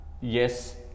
yes